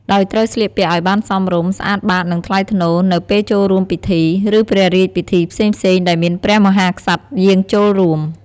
ដោយត្រូវស្លៀកពាក់ឲ្យបានសមរម្យ ស្អាតបាត និងថ្លៃថ្នូរ នៅពេលចូលរួមពិធី ឬព្រះរាជពិធីផ្សេងៗដែលមានព្រះមហាក្សត្រយាងចូលរួម។